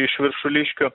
iš viršuliškių